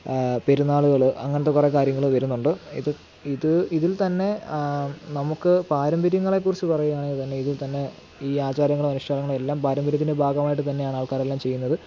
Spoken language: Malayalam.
പെരുന്നാളുകൾ അങ്ങനത്തെ കുറേ കാര്യങ്ങൾ വരുന്നുണ്ട് ഇത് ഇത് ഇതിൽ തന്നെ നമുക്ക് പാരമ്പര്യങ്ങളെക്കുറിച്ച് പറയുകയാണെങ്കിൽ തന്നെ ഇതിൽ തന്നെ ഈ ആചാരങ്ങളും അനുഷ്ടാനങ്ങളെല്ലാം പാരമ്പര്യത്തിൻ്റെ ഭാഗമായിട്ടു തന്നെയാണ് ആൾക്കാരെല്ലാം ചെയ്യുന്നത്